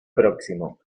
próximo